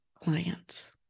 clients